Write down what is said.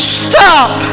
stop